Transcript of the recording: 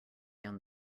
down